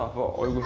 boy.